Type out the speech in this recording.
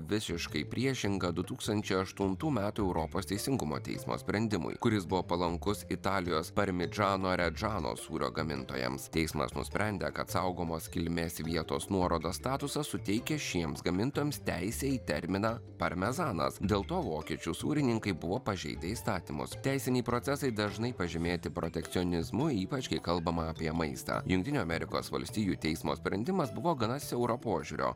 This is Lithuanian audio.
visiškai priešinga du tūkstančiai aštuntų metų europos teisingumo teismo sprendimui kuris buvo palankus italijos parmidžano redžano sūrio gamintojams teismas nusprendė kad saugomos kilmės vietos nuorodos statusas suteikia šiems gamintojams teisę į terminą parmezanas dėl to vokiečių sūrininkai buvo pažeidę įstatymus teisiniai procesai dažnai pažymėti protekcionizmu ypač kai kalbama apie maistą jungtinių amerikos valstijų teismo sprendimas buvo gana siauro požiūrio